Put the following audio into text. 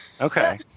Okay